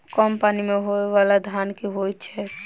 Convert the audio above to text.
कम पानि मे होइ बाला धान केँ होइ छैय?